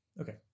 okay